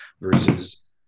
versus